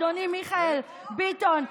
אדוני מיכאל ביטון,